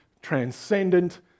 transcendent